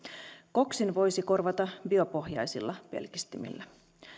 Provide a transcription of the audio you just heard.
koksin voisi korvata biopohjaisilla pelkistimillä